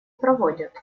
проводят